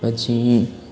પછી